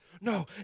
no